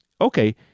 okay